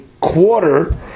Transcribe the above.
quarter